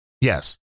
yes